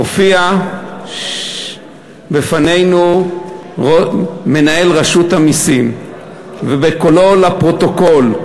הופיע בפנינו מנהל רשות המסים ובקולו, לפרוטוקול,